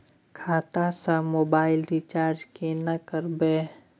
खाता स mobile recharge केना करबे?